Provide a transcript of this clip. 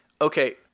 Okay